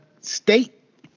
state